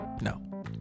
No